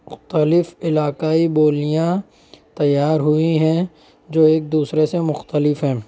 مختلف علاقائی بولیاں تیار ہوئی ہیں جو ایک دوسرے سے مختلف ہیں